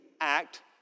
act